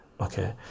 okay